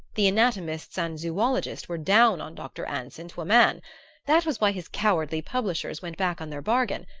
the anatomists and zoologists were down on dr. anson to a man that was why his cowardly publishers went back on their bargain.